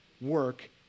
work